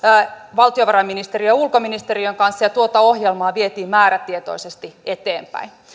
valtiovarainministeriön ja ulkoministeriön kanssa ja tuota ohjelmaa vietiin määrätietoisesti eteenpäin